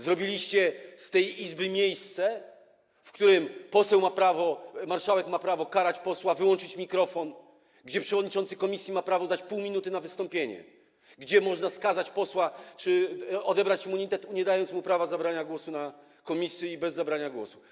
Zrobiliście z tej Izby miejsce, w którym marszałek ma prawo karać posła, wyłączyć mikrofon, gdzie przewodniczący komisji ma prawo dać pół minuty na wystąpienie, gdzie można skazać posła czy odebrać mu immunitet, nie dając mu prawa zabrania głosu w komisji, bez zabrania głosu.